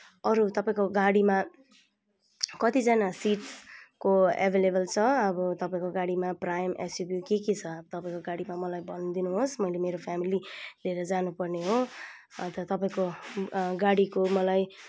अरू तपाईँको गाडीमा कतिजना सिटको एभाइलेबल छ अब तपाईँको गाडीमा प्राइम एसोसेरिज के के छ तपाईँको गाडीमा मलाई भनिदिनु होस् मैले मेरो फ्यामिली लिएर जानुपर्ने हो अन्त तपाईँको गाडीको मलाई